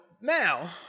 now